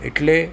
એટલે